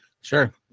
Sure